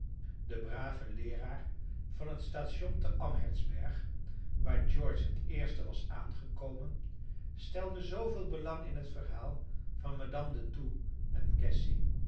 de brave leeraar van het station te amhertsberg waar george het eerst was aangekomen stelde zooveel belang in het verhaal van madame de thoux en cassy